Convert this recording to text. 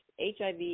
HIV